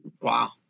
Wow